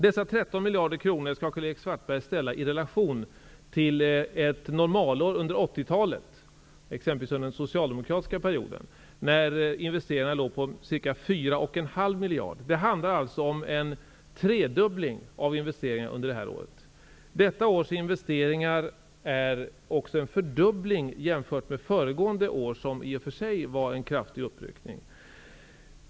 Dessa 13 miljarder kronor skall Karl-Erik Svartberg ställa i relation till ett normalår under 80-talet, exempelvis under den socialdemokratiska perioden. Då uppgick investeringarna till ca 4,5 miljarder. Det handlar alltså om en tredubbling av investeringarna under detta år. Detta års investeringar innebär också en fördubbling jämfört med föregående år, då man i och för sig gjorde en kraftig uppryckning.